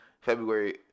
February